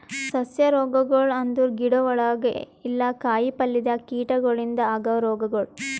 ಸಸ್ಯ ರೋಗಗೊಳ್ ಅಂದುರ್ ಗಿಡ ಒಳಗ ಇಲ್ಲಾ ಕಾಯಿ ಪಲ್ಯದಾಗ್ ಕೀಟಗೊಳಿಂದ್ ಆಗವ್ ರೋಗಗೊಳ್